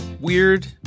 weird